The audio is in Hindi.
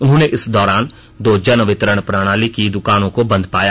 उन्होंने इस दौरान दो जन वितरण प्रणाली की दुकानों को बंद पाया